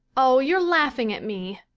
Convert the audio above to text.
oh, you're laughing at me.